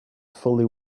fully